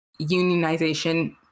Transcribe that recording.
unionization